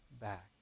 back